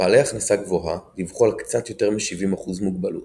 בעלי הכנסה גבוהה דיווחו על קצת יותר מ-70% מוגבלות,